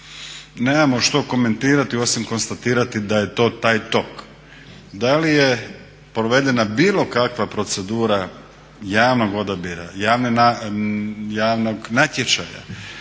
Nemamo što komentirati osim konstatirati da je to taj tok. Da li je provedena bilo kakva procedura javnog odabira, javnog natječaja,